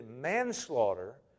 manslaughter